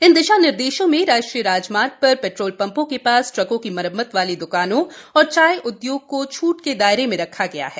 इन दिशानिर्देशो में राष्ट्रीय राजमार्ग पर पेट्रोल पंपों के पास ट्रकों की मरम्मत वाली द्वानों तथा चाय उद्योग को छूट के दायरे में रखा गया है